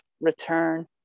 return